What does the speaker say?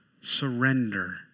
surrender